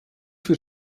für